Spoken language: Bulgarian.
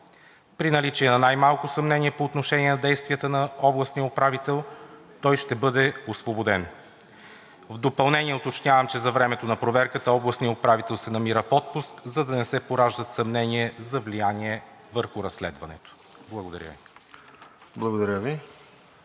При наличието на най-малко съмнение по отношение на действията на областния управител, той ще бъде освободен. В допълнение уточнявам, че за времето на проверката областният управител се намира в отпуск, за да не се пораждат съмнения за влияние върху разследването. Благодаря Ви.